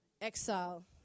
exile